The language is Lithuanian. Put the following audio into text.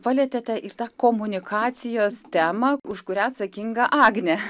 palietėte ir tą komunikacijos temą už kurią atsakinga agnė